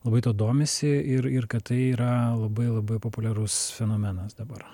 labai tuo domisi ir ir kad tai yra labai labai populiarus fenomenas dabar